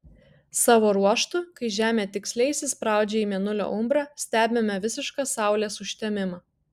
savo ruožtu kai žemė tiksliai įsispraudžia į mėnulio umbrą stebime visišką saulės užtemimą